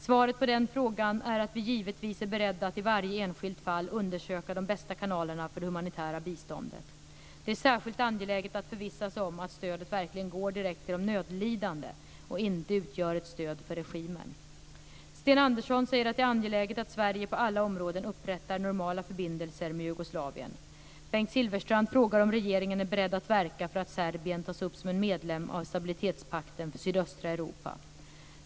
Svaret på den frågan är att vi givetvis är beredda att i varje enskilt fall undersöka de bästa kanalerna för det humanitära biståndet. Det är särskilt angeläget att förvissa sig om att stödet verkligen går direkt till de nödlidande och inte utgör ett stöd för regimen. Sten Andersson säger att det är angeläget att Sverige på alla områden upprättar normala förbindelser med Jugoslavien. Bengt Silfverstrand frågar om regeringen är beredd att verka för att Serbien tas upp som medlem av Stabilitetspakten för sydöstra Europa.